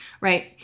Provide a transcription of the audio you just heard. right